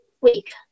week